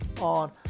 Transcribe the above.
on